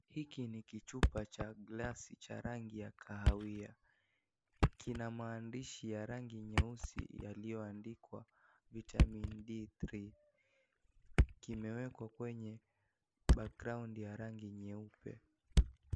Hiki ni kichupa cha gilasi cha rangi ya kahawia. Kina maandishi ya rangi nyeusi yaliyoandikwa; Vitamin D 3 . Kimewekwa kwenye background ya rangi nyeupe.